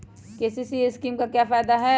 KCC scheme का फायदा क्या है?